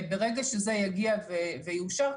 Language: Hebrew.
ברגע שזה יגיע ויאושר,